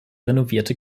renovierte